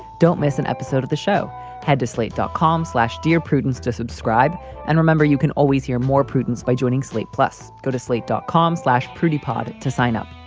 don't miss an episode of the show had to slate dotcom. dear prudence, to subscribe and remember, you can always hear more prudence by joining slate. plus go to slate dotcom slash. pretty positive to sign up.